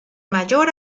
mayor